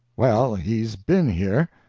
well, he's been here.